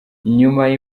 nyuma